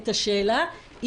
שמה בצד את שאלת הסמכות שלכם.